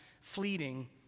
fleeting